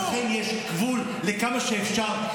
ולכן, יש גבול לכמה שאפשר.